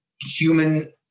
human